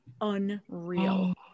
unreal